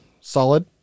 Solid